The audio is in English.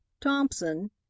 Thompson